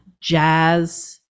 jazz